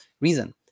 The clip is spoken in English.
reason